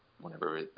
whenever